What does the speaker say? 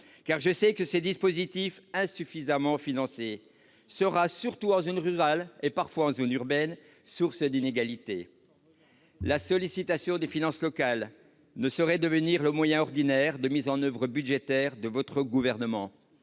! Je sais que ce dispositif, insuffisamment financé, sera, surtout en zone rurale et parfois en zone urbaine, source d'inégalités. La sollicitation des finances locales ne saurait devenir le moyen ordinaire de mise en oeuvre budgétaire de votre gouvernement.